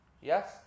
Yes